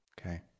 Okay